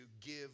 give